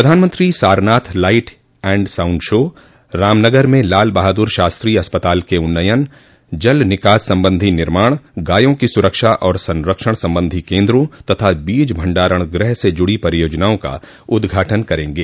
प्रधानमंत्री Sarnath light and sound show Ramnagar में लाल बहादुर शास्त्री अस्पताल के उन्नयन जल निकास संबंधी निर्माण गायों की सुरक्षा और संरक्षण संबंधी केंद्रों तथा बीज भंडारगृह से जुड़ी परियोजनाओं का उद्घाटन करेंगे